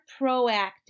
proactive